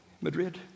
Madrid